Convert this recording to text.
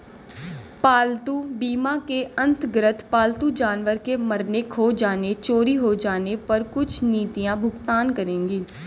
पालतू बीमा के अंतर्गत पालतू जानवर के मरने, खो जाने, चोरी हो जाने पर कुछ नीतियां भुगतान करेंगी